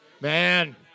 Man